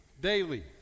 daily